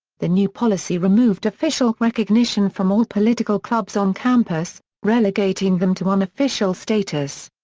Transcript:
the new policy removed official recognition from all political clubs on campus, relegating them to unofficial status.